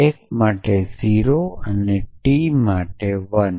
ફ માટે 0 અને t માટે 1